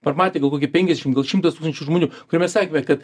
pamatė gal kokie penkiasdešimt gal šimtas tūkstančių žmonių kur mes sakėme kad